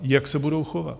Jak se budou chovat?